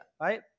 right